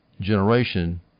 generation